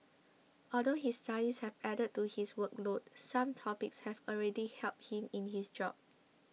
although his studies have added to his workload some topics have already helped him in his job